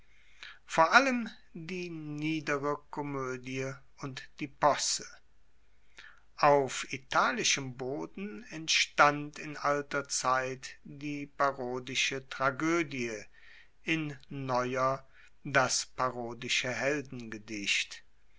vor allem die niedere komoedie und die posse auf italischem boden entstand in alter zeit die parodische tragoedie in neuer das parodische